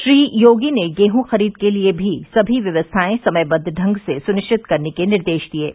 श्री योगी ने गेहूं खरीद के लिए भी सभी व्यवस्थाए समयबद्व ढंग से सुनिश्चित करने के निर्देश दिए हैं